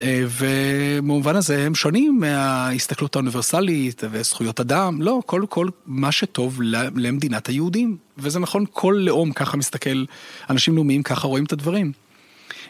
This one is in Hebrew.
ובמובן הזה הם שונים מההסתכלות האוניברסלית וזכויות אדם, לא, כל כל מה שטוב למדינת היהודים. וזה נכון, כל לאום ככה מסתכל, אנשים לאומיים ככה רואים את הדברים.